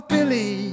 Billy